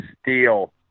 steel